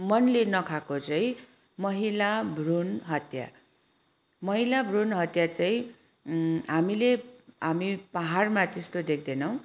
मनले नखाएको चाहिँ महिला भ्रूणहत्या महिला भ्रूणहत्या चाहिँ हामीले हामी पहाडमा त्यस्तो देख्दैनौँ